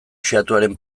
xehatuaren